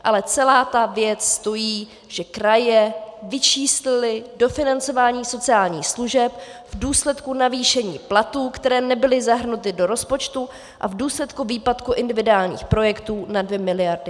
Ale celá ta věc stojí, že kraje vyčíslily dofinancování sociálních služeb v důsledku navýšení platů, které nebyly zahrnuty do rozpočtu, a v důsledku výpadku individuálních projektů na 2 miliardy.